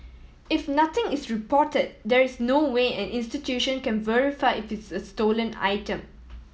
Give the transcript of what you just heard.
if nothing is report there is no way an institution can verify if it is a stolen item